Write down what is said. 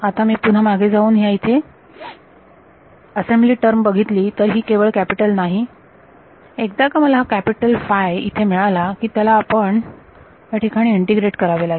आता मी पुन्हा मागे जाऊन ह्या इथे असेम्ब्ली टर्म बघितली तर ही केवळ कॅपिटल नाही एकदा का मला हा कॅपिटल फाय इथे मिळाला की त्याला मला या ठिकाणी इंटिग्रेट करावे लागेल